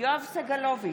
יואב סגלוביץ'